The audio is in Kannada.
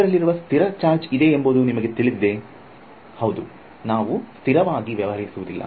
ವಿದ್ಯಾರ್ಥಿ ಅದರಲ್ಲಿರುವ ಸ್ಥಿರ ಚಾರ್ಜ್ ಇದೆ ಎಂಬುದು ನಿಮಗೆ ತಿಳಿದಿದೆ ಹೌದು ಇದರಲ್ಲಿ ನಾವು ಸ್ಥಿರವಾಗಿ ವ್ಯವಹರಿಸುವುದಿಲ್ಲ